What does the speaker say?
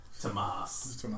Tomas